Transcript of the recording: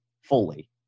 fully